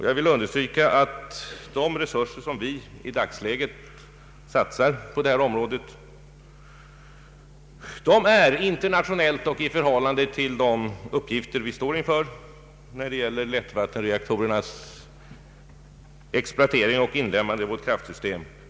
Jag vill understryka att de resurser som vi i dagsläget satsar på detta område är ytterst begränsade internationellt sett och i förhållande till de uppgifter vi står inför när det gäller lättvatten reaktorernas exploaterande och inlemmande i vårt kraftsystem.